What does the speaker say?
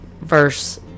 verse